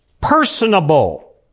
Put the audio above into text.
personable